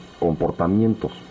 comportamientos